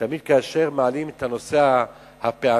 תמיד כאשר מעלים את נושא הפערים,